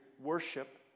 worship